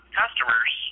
customers